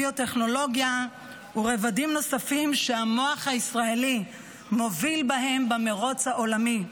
ביוטכנולוגיה ורבדים נוספים שהמוח הישראלי מוביל בהם במרוץ העולמי.